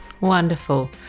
Wonderful